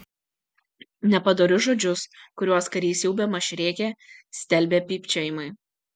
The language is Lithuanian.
nepadorius žodžius kuriuos karys jau bemaž rėkė stelbė pypčiojimai